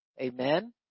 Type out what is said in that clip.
Amen